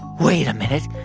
wait a minute.